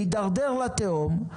להידרדר לתהום,